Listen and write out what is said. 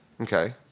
Okay